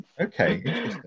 Okay